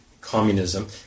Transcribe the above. communism